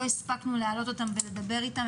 לא הספקנו להעלות אותם ולדבר איתם.